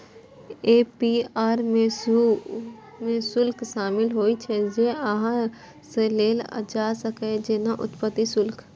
APR मे ऊ शुल्क शामिल होइ छै, जे अहां सं लेल जा सकैए, जेना उत्पत्ति शुल्क